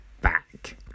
back